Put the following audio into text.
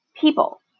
people